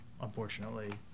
unfortunately